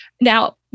Now